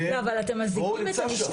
והוא נמצא שם,